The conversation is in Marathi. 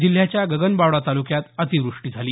जिल्ह्याच्या गगनबावडा तालुक्यात अतिव्रष्टी झाली